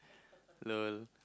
lol